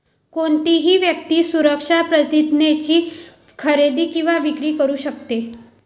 कोणतीही व्यक्ती सुरक्षा प्रतिज्ञेची खरेदी किंवा विक्री करू शकते